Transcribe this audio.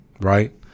right